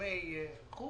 וגורמי חוץ